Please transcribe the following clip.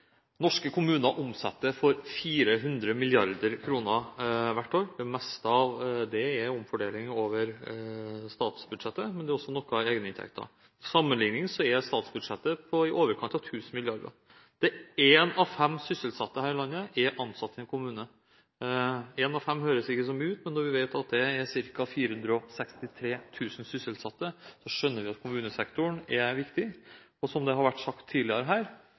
Norske kommuner omsetter for 400 mrd. kr hvert år. Det meste av det er omfordeling over statsbudsjettet, men det er også noe i egeninntekter. Til sammenligning er statsbudsjettet på i overkant av 1 000 mrd. kr. Én av fem sysselsatte her i landet er ansatt i en kommune. Én av fem høres ikke så mye ut, men når vi vet at det er 463 000 sysselsatte, skjønner vi at kommunesektoren er viktig. Og som det har vært sagt tidligere her: